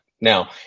Now